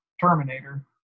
Terminator